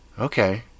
Okay